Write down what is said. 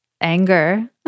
anger